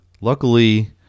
luckily